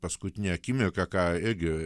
paskutinę akimirką ką irgi